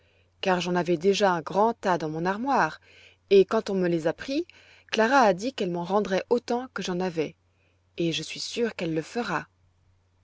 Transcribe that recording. car j'en avais déjà un grand tas dans mon armoire et quand on me les a pris clara a dit qu'elle m'en rendrait autant que j'en avais et je suis sûre qu'elle le fera